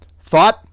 Thought